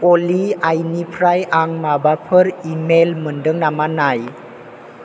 अलि आइनिफ्राय आं माबाफोर इमेल मोन्दों नामा नाय